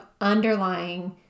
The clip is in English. underlying